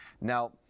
Now